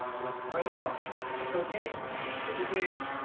just brain dump. i mean and it's okay it's okay.